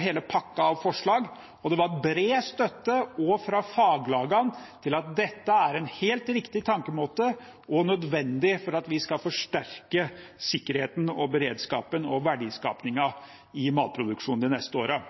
hele pakken av forslag, og det var bred støtte, også fra faglagene, til at dette er en helt riktig tankemåte og nødvendig for å forsterke sikkerheten, beredskapen og verdiskapingen i matproduksjonen de neste årene.